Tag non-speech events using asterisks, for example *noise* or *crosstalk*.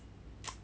*noise*